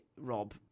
Rob